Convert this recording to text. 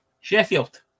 Sheffield